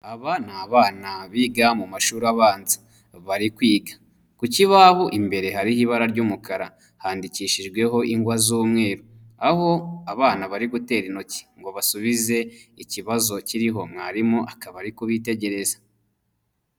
Aba ni abana biga mu mashuri abanza bari kwiga, ku kibahobo imbere hariho ibara ry'umukara handikishijweho ingwa z'umweru aho abana bari gutera intoki ngo basubize ikibazo kiriho, mwarimu akaba ari kubitegereza.